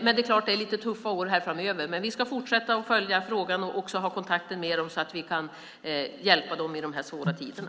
Det är klart att det är lite tuffa år framöver, men vi ska fortsätta att följa frågan och också ha kontakt med dem så att vi kan hjälpa dem i de här svåra tiderna.